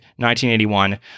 1981